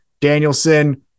Danielson